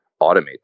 automate